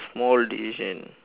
small decision